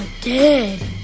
dead